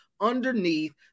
underneath